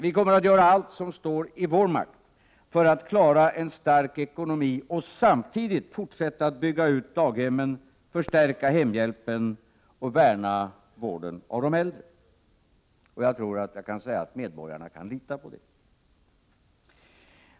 Vi kommer att göra allt som står i vår makt för att klara en stark ekonomi och samtidigt fortsätta att bygga ut daghemmen, förstärka hemhjälpen och värna om vården av de äldre. Och jag tror att jag kan säga att medborgarna kan lita på det.